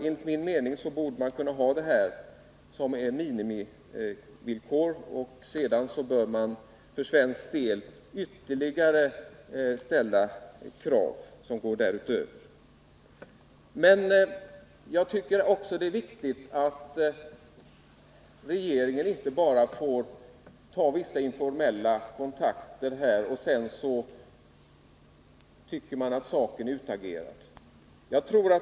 Enligt min mening borde man kunna ha dem som minimivillkor. Sedan bör man för svensk del ställa ytterligare krav som går därutöver. Det duger inte att regeringen bara tar vissa informella kontakter och sedan låter saken vara utagerad.